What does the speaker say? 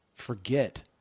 forget